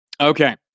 Okay